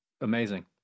Amazing